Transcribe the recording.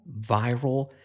viral